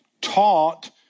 taught